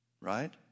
Right